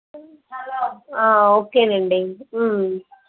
okay లెండి